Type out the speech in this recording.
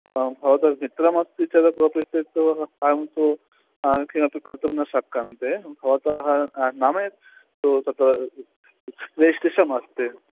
भवान् भवतः चित्रमस्ति चेत् कोपिश्चित् अहं तु अहं किमपि कर्तुं न शक्यन्ते भवतः नामे तु तत् रिजिस्ट्रेषमस्ति